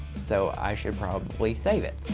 so i should probably save it.